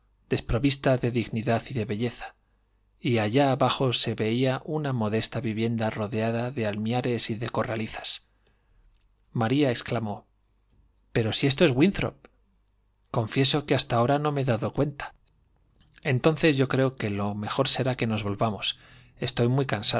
desprovista de dignidad y de belleza y allá abajo se veía una modesta vivienda rodeada de almiares y de corralizas maría exclamó pero si esto es winthrop confieso que hasta ahora no me he dado cuenta entonces yo creo r ue lo mejor será que nos volvamos estoy muy